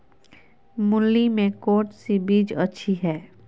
मूली में कौन सी बीज अच्छी है?